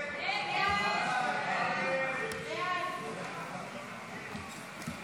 הסתייגות 98 לא נתקבלה.